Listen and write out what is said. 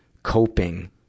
coping